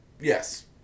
Yes